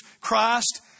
Christ